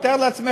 אתה מתאר לעצמך,